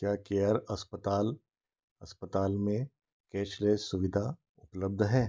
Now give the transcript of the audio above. क्या केयर अस्पताल अस्पताल में कैशलेस सुविधा उपलब्ध है